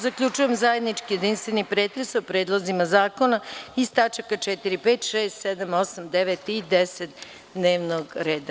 Zaključujem zajednički jedinstveni pretres sa predlozima zakona iz tačaka 4, 5, 6, 7, 8, 9. i 10. dnevnog reda.